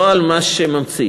לא על מה שממציאים.